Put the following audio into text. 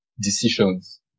decisions